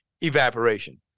evaporation